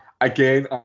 Again